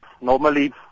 normally